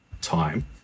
time